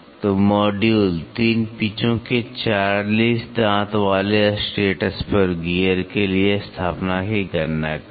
तो मॉड्यूल 3 पिचों के 40 दांत वाले स्ट्रेट स्पर गियर के लिए स्थापना की गणना करें